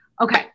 Okay